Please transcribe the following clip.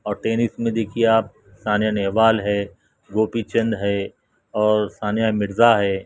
اور ٹینس میں دیکھیے آپ ثانیہ نہوال ہے گوپی چند ہے اور ثانیہ مرزا ہے